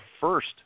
first